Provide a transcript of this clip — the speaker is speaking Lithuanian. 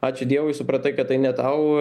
ačiū dievui supratai kad tai ne tau